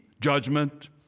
judgment